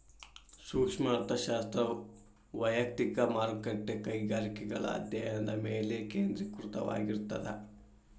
ಸೂಕ್ಷ್ಮ ಅರ್ಥಶಾಸ್ತ್ರ ವಯಕ್ತಿಕ ಮಾರುಕಟ್ಟೆ ಕೈಗಾರಿಕೆಗಳ ಅಧ್ಯಾಯನದ ಮೇಲೆ ಕೇಂದ್ರೇಕೃತವಾಗಿರ್ತದ